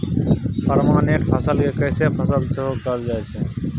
permanent फसल केँ कैस फसल सेहो कहल जाइ छै